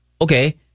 Okay